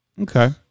Okay